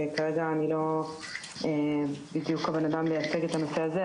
שכרגע אני לא בדיוק הבן אדם לייצג את הנושא הזה,